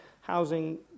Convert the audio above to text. housing